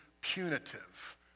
punitive